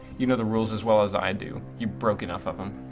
you know the rules as well as i do. you broke enough of them.